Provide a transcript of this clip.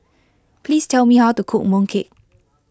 please tell me how to cook Mooncake